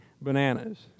bananas